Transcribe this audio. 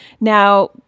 Now